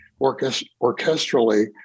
orchestrally